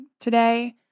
today